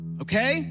okay